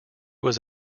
was